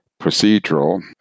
procedural